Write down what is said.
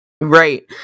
right